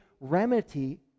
remedy